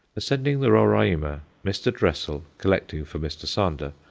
ascending the roraima, mr. dressel, collecting for mr. sander,